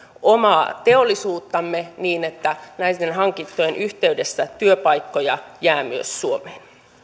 omaa teollisuuttamme niin että näiden hankintojen yhteydessä työpaikkoja jää myös suomeen